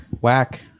whack